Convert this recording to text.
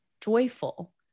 joyful